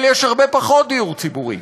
אבל יש הרבה פחות דיור ציבורי.